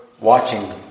watching